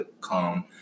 come